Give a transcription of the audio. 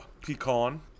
pecan